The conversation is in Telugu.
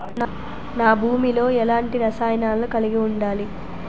నా భూమి లో ఎలాంటి రసాయనాలను కలిగి ఉండాలి?